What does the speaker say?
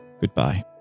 goodbye